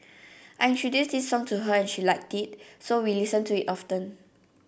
I introduced this song to her and she liked it so we listen to it often